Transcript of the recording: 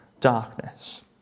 darkness